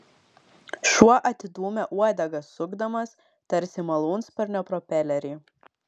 šuo atidūmė uodegą sukdamas tarsi malūnsparnio propelerį